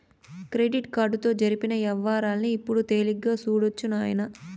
credit కార్డుతో జరిపిన యవ్వారాల్ని ఇప్పుడు తేలిగ్గా సూడొచ్చు నాయనా